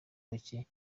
bacye